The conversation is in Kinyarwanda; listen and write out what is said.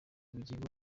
ubugingo